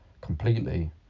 completely